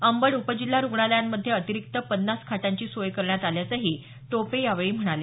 अंबड उपजिल्हा रुग्णालयांमध्ये अतिरिक्त पन्नास खाटांची सोय करण्यात आल्याचंही टोपे म्हणाले